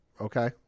okay